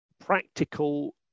practical